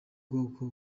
bwoko